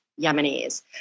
Yemenis